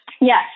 Yes